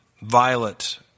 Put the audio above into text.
violet